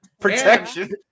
Protection